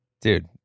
Dude